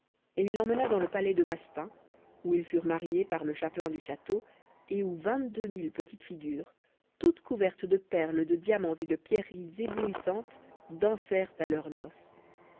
et il l'emmena dans le palais de massepains où ils furent mariés par le chapelain du château et où vingt-deux mille petites figures toutes couvertes de perles de diamants et de pierreries éblouissantes dansèrent à leur noce